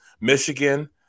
Michigan